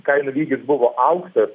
kainų lygis buvo aukštas